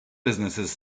businesses